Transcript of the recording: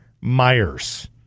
Myers